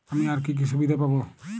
আমি আর কি কি সুবিধা পাব?